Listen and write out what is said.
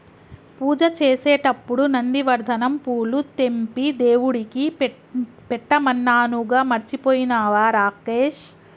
పూజ చేసేటప్పుడు నందివర్ధనం పూలు తెంపి దేవుడికి పెట్టమన్నానుగా మర్చిపోయినవా రాకేష్